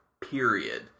period